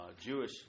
Jewish